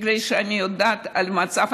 בגלל שאני יודעת מה המצב,